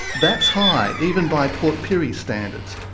that's high, even by port pirie standards,